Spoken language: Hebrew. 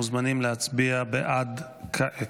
מוזמנים להצביע בעד כעת.